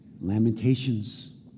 lamentations